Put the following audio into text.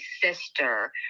sister